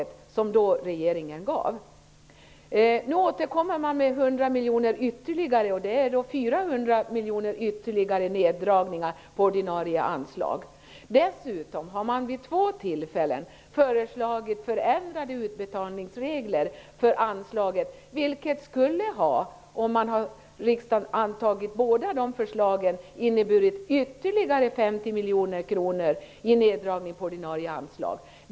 Nu återkommer regeringen med förslag om en neddragning på ytterligare 100 miljoner. Det innebär en minskning av det ordinarie anslaget med 400 miljoner. Dessutom har man vid två tillfällen föreslagit förändrade utbetalningsregler för anslaget. Om riksdagen hade antagit båda dessa förslag hade det inneburit en neddragning av det ordinarie anslaget på ytterligare 50 miljoner kronor.